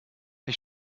ich